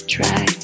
Try